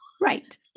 Right